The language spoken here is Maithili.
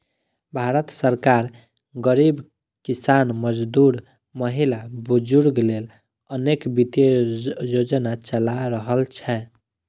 भारत सरकार गरीब, किसान, मजदूर, महिला, बुजुर्ग लेल अनेक वित्तीय योजना चला रहल छै